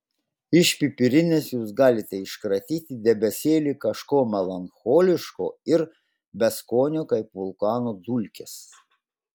iš pipirinės jūs galite iškratyti debesėlį kažko melancholiško ir beskonio kaip vulkano dulkės